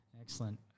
Excellent